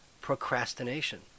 procrastination